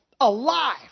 Alive